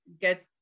get